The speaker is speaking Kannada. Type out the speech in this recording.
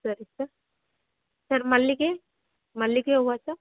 ಸರಿ ಸರ್ ಸರ್ ಮಲ್ಲಿಗೆ ಮಲ್ಲಿಗೆ ಹೂವ ಸರ್